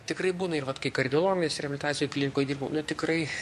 tikrai būna ir vat kai kardiologinės reabilitacijo klinikoj dirbau nu tikrai